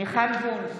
מיכל וונש,